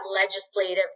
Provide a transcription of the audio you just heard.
legislative